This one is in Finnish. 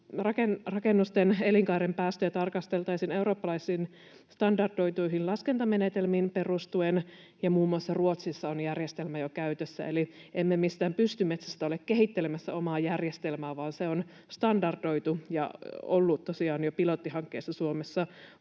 rakennusten elinkaaren päästöjä tarkasteltaisiin eurooppalaisiin standardoituihin laskentamenetelmiin perustuen, ja muun muassa Ruotsissa on järjestelmä jo käytössä. Eli emme mistään pystymetsästä ole kehittelemässä omaa järjestelmää, vaan se on standardoitu ja ollut tosiaan jo pilottihankkeissa Suomessa